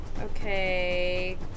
Okay